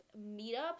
meetups